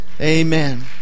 Amen